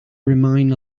remain